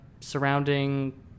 surrounding